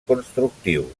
constructius